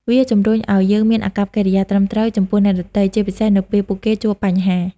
វាជំរុញឱ្យយើងមានអាកប្បកិរិយាត្រឹមត្រូវចំពោះអ្នកដទៃ ជាពិសេសនៅពេលពួកគេជួបបញ្ហា។